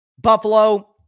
Buffalo